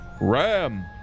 Ram